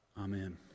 Amen